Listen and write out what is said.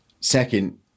Second